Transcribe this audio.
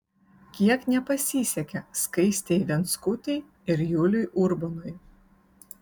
kiek nepasisekė skaistei venckutei ir juliui urbonui